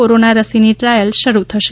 corona રસીની trial શરૂ થશે